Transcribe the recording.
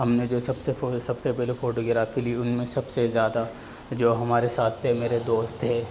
ہم نے جو سب سے سب سے پہلے فوٹوگرافی لی ان میں سب سے زیادہ جو ہمارے ساتھ تھے میرے دوست تھے